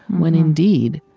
when, indeed,